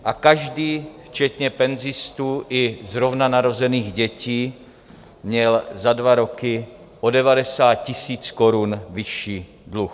A každý včetně penzistů i zrovna narozených dětí měl za dva roky o 90 tisíc korun vyšší dluh.